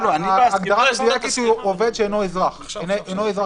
ההגדרה המדויקת היא עובד שאינו אזרח ישראלי.